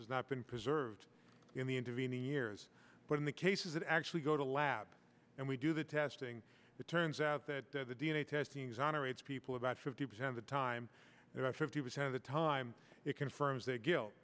has not been preserved in the intervening years but in the cases that actually go to lab and we do the testing it turns out that the d n a testing exonerates people about fifty percent of the time there are fifty percent of the time it confirms their guilt